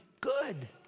Good